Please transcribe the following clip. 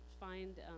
find